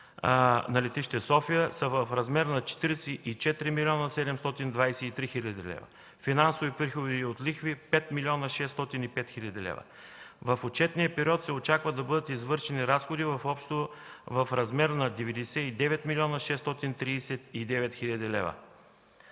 на летище София, са в размер на 44 млн. 723 хил. лв.; финансовите приходи от лихви – 5 млн. 605 хил. лв. В отчетния период се очаква да бъдат извършени разходи в размер на 99 млн. 639 хил. лв.